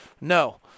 No